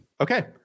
Okay